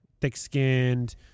Thick-skinned